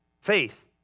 Faith